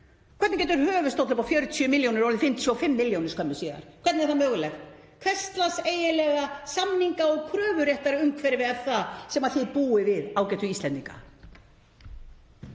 Hvernig getur höfuðstóll upp á 40 milljónir orðið 55 milljónir skömmu síðar, hvernig er það mögulegt? Hvers lags eiginlega samninga- og kröfuréttarumhverfi er það sem þið búið við, ágætu Íslendingar?